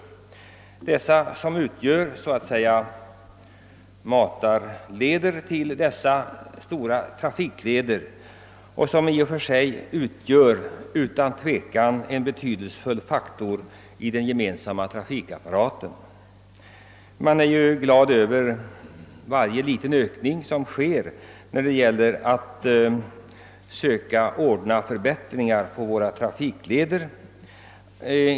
Dessa är så att säga matarleder till de stora trafiklederna och är utan tvekan en betydelsefull faktor i den gemensamma trafikapparaten. Man är glad för varje litet ökat anslag till förbättring av våra trafikleder.